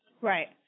Right